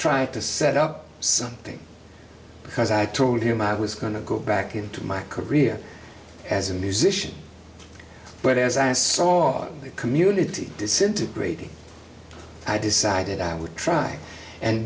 try to set up something because i told him i was going to go back into my career as a musician but as i saw a community disintegrating i decided i would try and